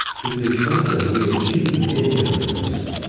to the extent that we achieve any of this,